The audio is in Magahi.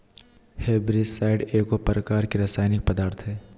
हर्बिसाइड एगो प्रकार के रासायनिक पदार्थ हई